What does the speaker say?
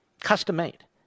Custom-made